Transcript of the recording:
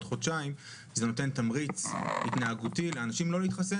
חודשיים זה נותן תמריץ התנהגותי לאנשים לא להתחסן.